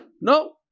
No